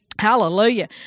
Hallelujah